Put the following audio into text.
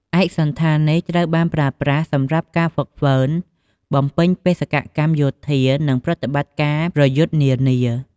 ឯកសណ្ឋាននេះត្រូវបានប្រើប្រាស់សម្រាប់ការហ្វឹកហ្វឺន បំពេញបេសកកម្មយោធា និងប្រតិបត្តិការប្រយុទ្ធនានា។